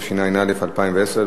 התשע"א 2010,